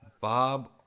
Bob